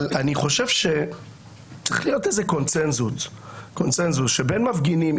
אבל אני חושב שצריך להיות איזה קונצנזוס שבין מפגינים,